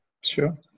Sure